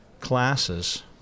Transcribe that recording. classes